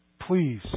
please